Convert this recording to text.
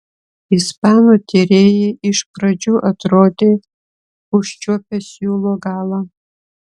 ispanų tyrėjai iš pradžių atrodė užčiuopę siūlo galą